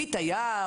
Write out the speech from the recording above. מי תייר,